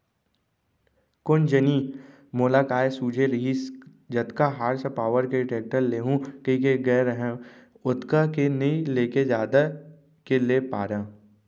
कोन जनी मोला काय सूझे रहिस जतका हार्स पॉवर के टेक्टर लेहूँ कइके गए रहेंव ओतका के नइ लेके जादा के ले पारेंव